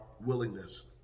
willingness